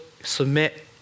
submit